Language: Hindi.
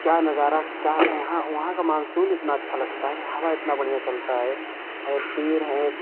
क्या नज़ारा क्या यहाँ वहाँ का मानसून इतना अच्छा लगता है हवा इतना बढ़िया चलता है और पेड़ है